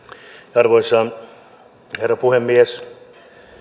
arvoisa herra puhemies